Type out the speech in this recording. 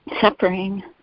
suffering